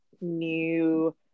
new